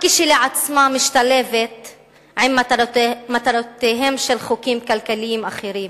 כשלעצמה אינה משתלבת עם מטרותיהם של חוקים כלכליים אחרים.